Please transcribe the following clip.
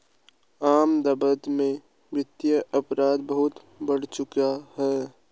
अहमदाबाद में वित्तीय अपराध बहुत बढ़ चुका है